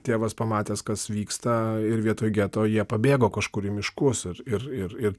tėvas pamatęs kas vyksta ir vietoj geto jie pabėgo kažkur į miškus ir ir ir ir